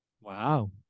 Wow